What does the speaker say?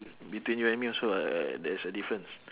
between you and me also uh there's a difference